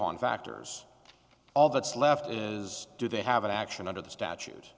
on factors all that's left is do they have an action under the statu